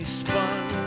spun